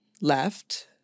left